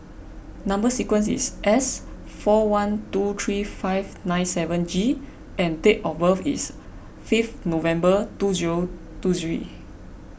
Number Sequence is S four one two three five nine seven G and date of birth is fifth November two zero two three